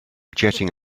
jetting